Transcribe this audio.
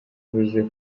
avuze